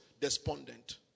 Despondent